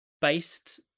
based